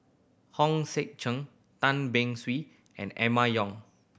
Hong Sek Chern Tan Beng Swee and Emma Yong